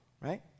right